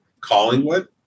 Collingwood